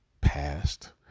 past